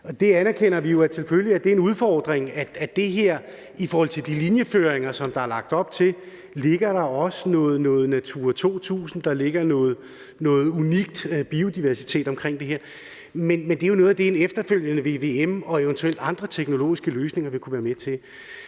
det anerkender vi jo selvfølgelig er en udfordring. Der er inden for de linjeføringer, der er lagt op til, også noget Natura 2000, der er en unik biodiversitet, men det er noget af det, en efterfølgende vvm og eventuelt andre teknologiske løsninger vil kunne være med til